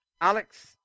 Alex